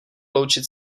loučit